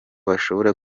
bashobora